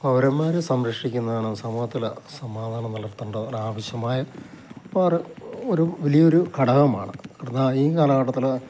പൗരന്മാർ സംരക്ഷിക്കുന്നതാണ് സമൂഹത്തിലെ സമാധാനം നിലനിർത്തേണ്ട ഒരു ആവശ്യമായ വേറെ ഒരു വലിയ ഒരു ഘടകമാണ് എന്നാൽ ഈ കാലഘട്ടത്തിൽ